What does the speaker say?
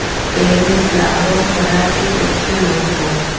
Paris Lahore Karachi Tokyo Hong Kong